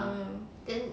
mm